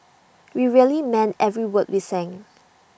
we really meant every word we sang